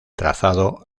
trazado